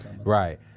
Right